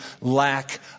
lack